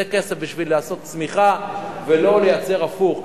זה כסף בשביל לעשות צמיחה, ולא לייצר הפוך.